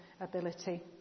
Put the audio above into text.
ability